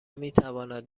میتواند